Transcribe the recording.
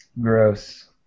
Gross